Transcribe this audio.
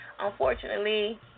Unfortunately